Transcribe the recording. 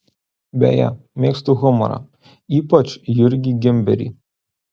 beje mėgstu humorą ypač jurgį gimberį